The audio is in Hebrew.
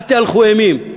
אל תהלכו אימים.